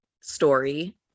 story